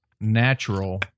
natural